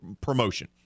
promotion